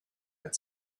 had